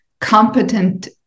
competent